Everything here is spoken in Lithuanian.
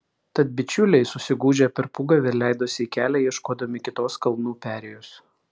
tad bičiuliai susigūžę per pūgą vėl leidosi į kelią ieškodami kitos kalnų perėjos